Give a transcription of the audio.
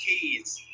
keys